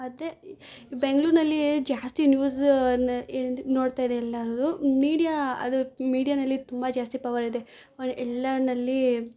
ಅದೇ ಬೆಂಗಳೂರಿನಲ್ಲಿ ಜಾಸ್ತಿ ನ್ಯೂಸ್ ನೆ ಏ ನೋಡ್ತಾರೆ ಎಲ್ಲರದೂ ಮೀಡ್ಯಾ ಅದು ಮೀಡ್ಯಾನಲ್ಲಿ ತುಂಬ ಜಾಸ್ತಿ ಪವರ್ ಇದೆ ಎಲ್ಲಾನಲ್ಲಿ